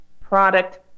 product